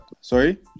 sorry